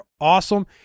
awesome